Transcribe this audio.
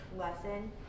lesson